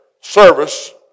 service